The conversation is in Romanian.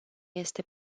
este